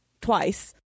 twice